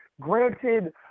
Granted